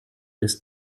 ist